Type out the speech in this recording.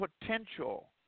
potential